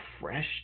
fresh